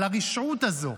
על הרשעות הזו,